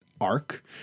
arc